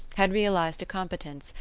had realised a competence,